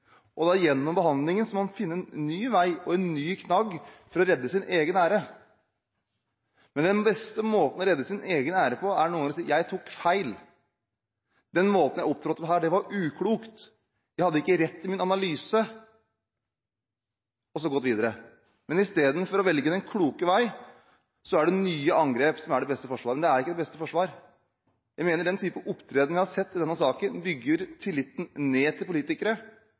han da finne en ny vei og en ny knagg for å redde sin egen ære. Men den beste måten å redde sin egen ære på, er noen ganger å si: Jeg tok feil; den måten jeg opptrådte på her, var uklok; jeg hadde ikke rett i min analyse. Så kan man gå videre. Men istedenfor å velge den kloke vei er det nye angrep som blir forsvaret. Men det er ikke det beste forsvar. Jeg mener den type opptreden vi har sett i denne saken, bygger ned tilliten til politikere